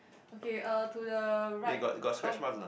okay uh to the right oh